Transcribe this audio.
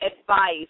advice